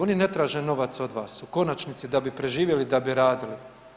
Oni ne traže novac od vas u konačnici da bi preživjeli i da bi radili.